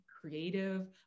creative